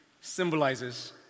symbolizes